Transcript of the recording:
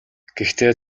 гэхдээ